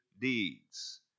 deeds